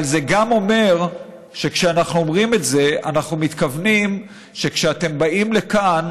אבל זה גם אומר שכשאנחנו אומרים את זה אנחנו מתכוונים שכשאתם באים לכאן,